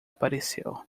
apareceu